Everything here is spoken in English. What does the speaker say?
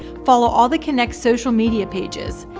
follow all the kynect social media pages.